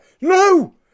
No